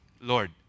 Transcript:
Lord